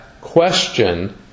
question